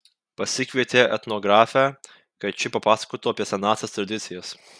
pasikvietė etnografę kad ši papasakotų apie senąsias tradicijas